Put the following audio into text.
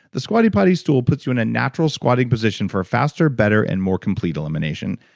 the squatty potty stool puts you in a natural squatting position for a faster, better and more complete elimination.